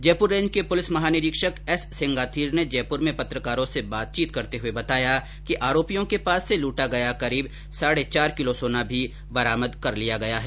Jaipur range के पुलिस महानिरीक्षक एससेंगाथीर ने जयपुर में पत्रकारों से बातचीत करते हुये बताया कि आरोपियों के पास से लूटा गया करीब साढ़े चार किलोग्राम सोना भी बरामद कर लिया गया है